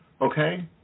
okay